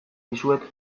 dizuet